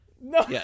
no